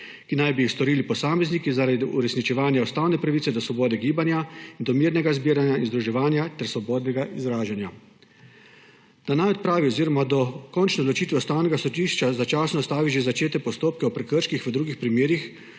ki naj bi jih storili posamezniki zaradi uresničevanja ustavne pravice do svobode gibanja, do mirnega zbiranja in združevanja ter svobodnega izražanja. Da naj odpravi oziroma do končne odločitve Ustavnega sodišča začasno ustavi že začete postopke o prekrških v drugih primerih,